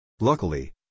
Luckily